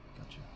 Gotcha